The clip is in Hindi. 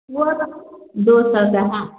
वह तो दो सौ का है